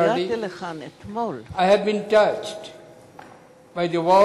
לכאן אתמול אני מתרגש מקבלת הפנים החמה